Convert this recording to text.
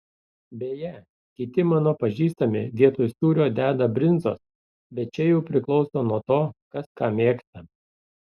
beje kiti mano pažįstami vietoj sūrio deda brinzos bet čia jau priklauso nuo to kas ką mėgsta